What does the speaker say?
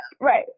Right